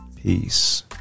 Peace